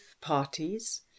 parties